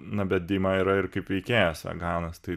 na bet dima yra ir kaip veikėjos veganas tai